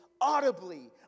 audibly